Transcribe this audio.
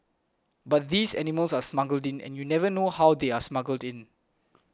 but these animals are smuggled in and you never know how they are smuggled in